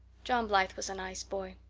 john blythe was a nice boy.